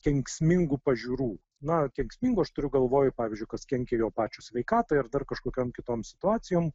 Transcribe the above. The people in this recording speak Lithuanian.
kenksmingų pažiūrų na kenksmingų aš turiu galvoj pavyzdžiui kas kenkia jo pačio sveikatai ar dar kažkokiom kitom situacijom